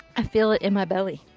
i feel it in my belly.